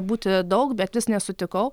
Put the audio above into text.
būti daug bet vis nesutikau